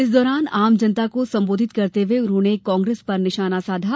इस दौरान आम जनता को सम्बोधित करते हुए उन्होंने कांग्रेस पर निशाना साधा